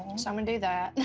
so i'm gonna do that.